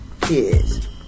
kids